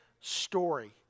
story